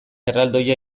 erraldoia